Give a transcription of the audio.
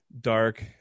Dark